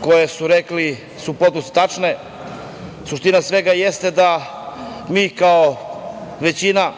koje su rekli su u potpunosti tačne. Suština svega jeste da mi kao većina